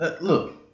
Look